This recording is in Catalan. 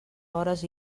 hores